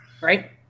right